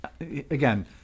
again